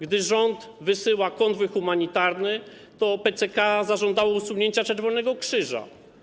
Gdy rząd wysyła konwój humanitarny, to PCK zażądało usunięcia czerwonego krzyża.